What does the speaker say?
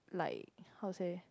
like how to say